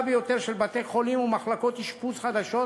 ביותר של בתי-חולים ומחלקות אשפוז חדשות